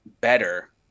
better